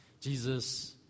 Jesus